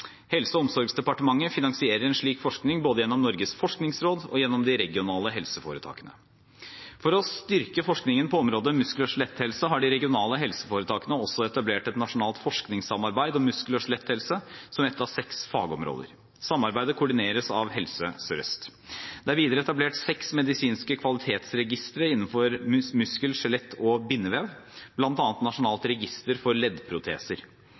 Helse- og omsorgsdepartementet finansierer en slik forskning både gjennom Norges forskningsråd og gjennom de regionale helseforetakene. For å styrke forskningen på området muskel- og skjeletthelse har de regionale helseforetakene også etablert et nasjonalt forskningssamarbeid om muskel- og skjeletthelse, som ett av seks fagområder. Samarbeidet koordineres av Helse Sør-Øst. Det er videre etablert seks medisinske kvalitetsregistre innenfor muskel, skjelett og bindevev, bl.a. Nasjonalt register for leddproteser,